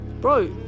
Bro